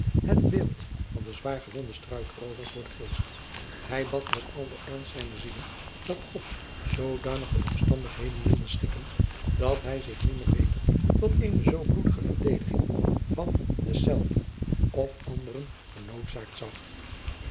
het beeld van den zwaar gewonden struikroover voor den geest en hij bad met al den ernst zijner ziele dat od zoodanig de omstandigheden wilde schikken dat hij zich nimmer weder tot eene zoo bloedige verdediging van zich zelv of anderen genoodzaakt zag